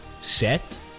set